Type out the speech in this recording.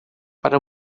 para